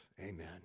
Amen